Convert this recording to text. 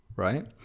right